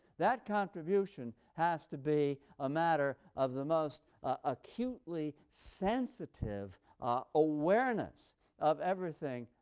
that contribution has to be a matter of the most acutely sensitive awareness of everything,